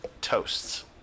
toasts